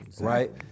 Right